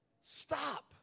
stop